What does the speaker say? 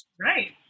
Right